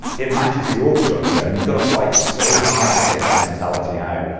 it matches the org structure, and you've got to fight so hard to take that mentality out,